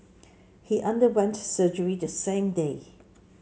he underwent surgery the same day